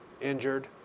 injured